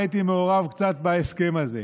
גם הייתי מעורב קצת בהסכם הזה.